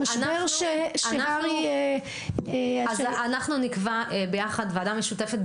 אנחנו נקבע ביחד ועדה משותפת,